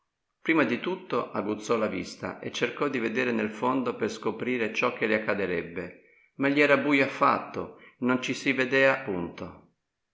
prima di tutto aguzzò la vista e cercò di vedere nel fondo per scoprire ciò che le accaderebbe ma gli era bujo affatto e non ci si vedea punto